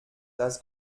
das